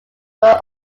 were